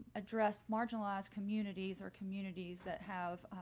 address marginalized communities or communities that have,